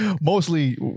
Mostly